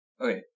Okay